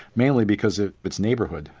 mainly because of its neighbourhood.